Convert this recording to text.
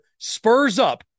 SPURSUP